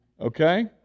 Okay